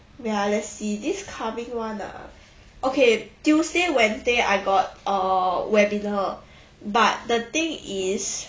ya let's see this coming one ah okay tuesday wednesday I got uh webinar but the thing is